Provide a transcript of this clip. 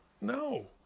No